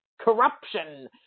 Corruption